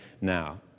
now